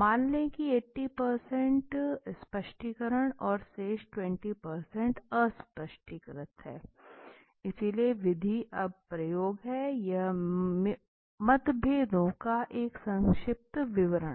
मान लें कि 80 स्पष्टीकरण और शेष 20 अस्पष्टीकृत है इसलिए विधि अब प्रयोग है यह मतभेदों का एक संक्षिप्त विवरण है